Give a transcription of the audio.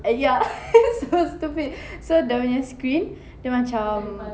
ah ya so stupid so dia nya screen dia macam